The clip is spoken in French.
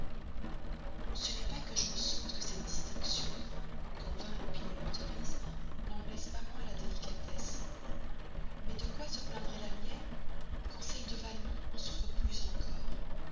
ce n'est pas que je ne sente que cette distinction qu'en vain l'opinion autorise n'en blesse pas moins la délicatesse mais de quoi se plaindrait la mienne quand celle de valmont en souffre plus encore